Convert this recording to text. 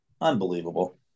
Unbelievable